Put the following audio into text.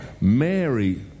Mary